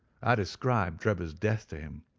i described drebber's death to him,